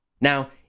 Now